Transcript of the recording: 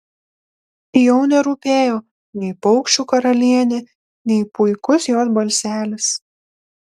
jau nerūpėjo nei paukščių karalienė nei puikus jos balselis